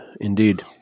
Indeed